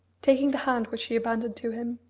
taking the hand which she abandoned to him,